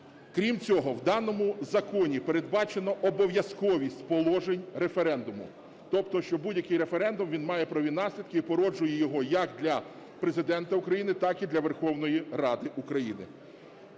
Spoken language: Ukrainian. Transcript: Крім цього, у даному законі передбачено обов'язковість положень референдуму, тобто що будь-який референдум, він має правові наслідки і породжує його як для Президента України, так і для Верховної Ради України.